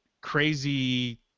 crazy